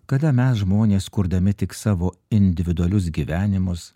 kada mes žmonės kurdami tik savo individualius gyvenimus